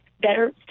better